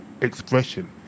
expression